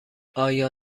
آیا